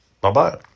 Bye-bye